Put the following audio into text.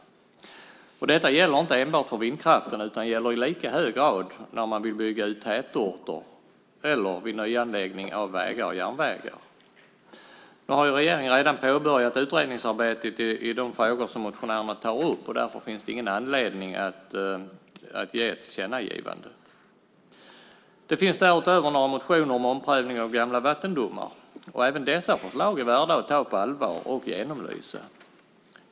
Detta gäller inte enbart för vindkraften utan gäller i lika hög grad när man vill bygga ut tätorter eller vid nyanläggning av vägar och järnvägar. Nu har regeringen redan påbörjat utredningsarbetet i de frågor som motionärerna tar upp, och därför finns det ingen anledning med ett tillkännagivande. Det finns därutöver några motioner om omprövning av gamla vattendomar. Även dessa förslag är värda att ta på allvar och genomlysa.